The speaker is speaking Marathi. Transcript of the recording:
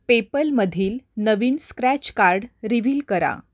पेपलमधील नवीन स्क्रॅच कार्ड रिव्हील करा